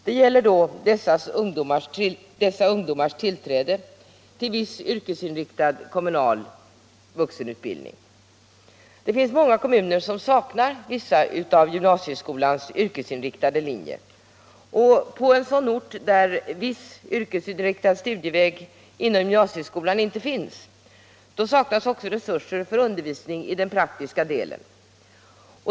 Det gäller då dessa ungdomars tillträde till viss yrkesinriktad kommunal vuxenutbildning. Det finns många kommuner som saknar vissa av gymnasieskolans yrkesinriktade linjer. På ort där viss yrkesinriktad studieväg inom gymnasieskolan inte finns, saknas också resurser för undervisning i den praktiska delen.